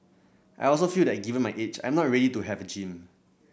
I also feel that given my age I'm not ready to have a gym